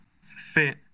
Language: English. fit